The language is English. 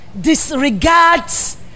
disregards